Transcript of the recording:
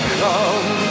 come